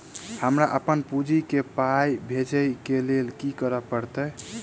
हमरा अप्पन बुची केँ पाई भेजइ केँ लेल की करऽ पड़त?